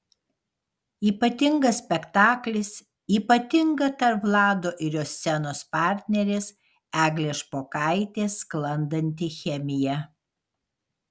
ypatingas spektaklis ypatinga tarp vlado ir jo scenos partnerės eglės špokaitės sklandanti chemija